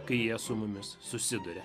kai jie su mumis susiduria